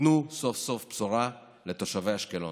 ותיתנו סוף-סוף בשורה לתושבי אשקלון.